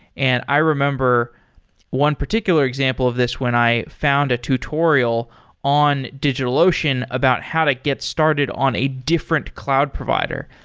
and i remember one particular example of this when i found a tutorial in digitalocean about how to get started on a different cloud provider.